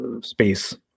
space